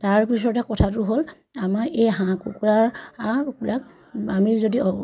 তাৰপিছতে কথাটো হ'ল আমাৰ এই হাঁহ কুকুৰা কুকুৰা আমি যদি